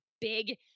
big